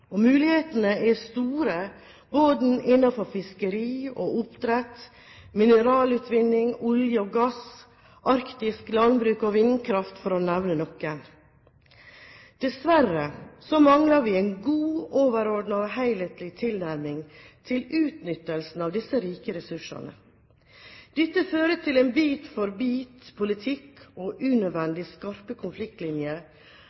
og mulighetene er store både innenfor fiskeri og oppdrett, mineralutvinning, olje og gass, arktisk landbruk og vindkraft – for å nevne noe. Dessverre mangler vi en god overordnet og helhetlig tilnærming til utnyttelsen av disse rike ressursene. Dette fører til en bit-for-bit-politikk og unødvendig skarpe konfliktlinjer når det f.eks. gjelder miljøhensyn og